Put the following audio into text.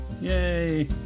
Yay